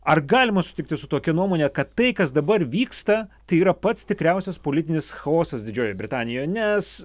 ar galima sutikti su tokia nuomone kad tai kas dabar vyksta tai yra pats tikriausias politinis chaosas didžiojoj britanijoj nes